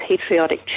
patriotic